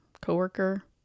coworker